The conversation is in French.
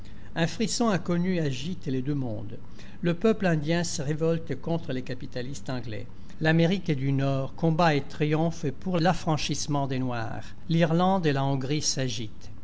un frisson inconnu agite les deux mondes le peuple indien se révolte contre les capitalistes anglais l'amérique du nord combat et triomphe pour la commune l'affranchissement des noirs l'irlande et là hongrie s'agitent